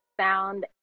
sound